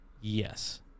yes